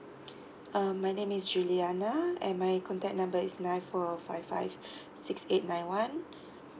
uh my name is juliana and my contact number is nine four five five six eight nine one